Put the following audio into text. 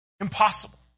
Impossible